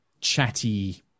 chatty